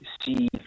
See